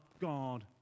God